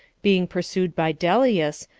being persuaded by dellius,